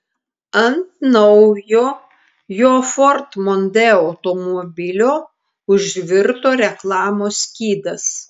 ant naujo jo ford mondeo automobilio užvirto reklamos skydas